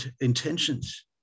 intentions